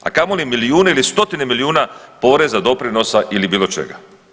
A kamo li milijune ili stotine milijuna poreza, doprinosa ili bilo čega.